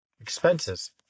Expenses